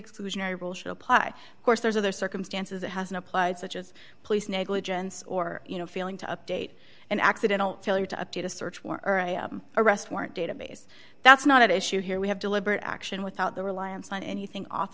exclusionary rule should apply course there's other circumstances it hasn't applied such as police negligence or you know failing to update an accidental failure to update a search warrant arrest warrant database that's not at issue here we have deliberate action without the reliance on anything